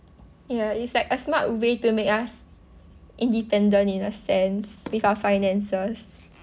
ya it's like a smart way to make us independent in a sense with our finances